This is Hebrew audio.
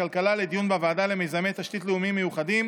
הכלכלה לדיון בוועדה למיזמי תשתית לאומיים מיוחדים